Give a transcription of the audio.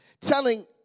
telling